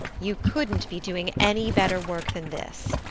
you couldn't be doing any better work than this.